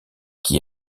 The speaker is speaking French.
qui